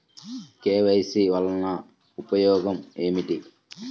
KYC వలన ఉపయోగం ఏమిటీ?